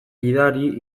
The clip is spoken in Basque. gidari